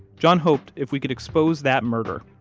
john hoped if we could expose that murder,